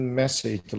message